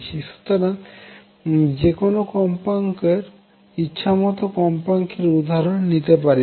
সুতরাং যেকোনো ইচ্ছামত কম্পাঙ্কের উদাহরন নিতে পারি না